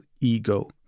ego